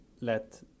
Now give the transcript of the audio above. let